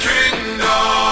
Kingdom